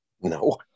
no